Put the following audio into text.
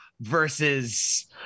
versus